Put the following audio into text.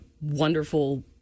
wonderful